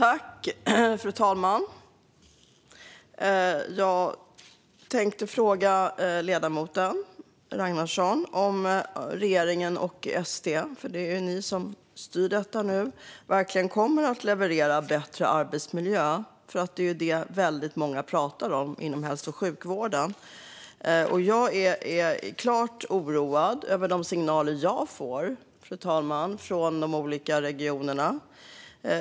Fru talman! Jag tänkte fråga ledamoten Ragnarsson om regeringen och SD - för det är ju de som styr detta nu - verkligen kommer att leverera bättre arbetsmiljö. Det är ju väldigt många som pratar om detta inom hälso och sjukvården. Jag är klart oroad, fru talman, över de signaler som jag får från de olika regionerna.